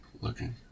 Looking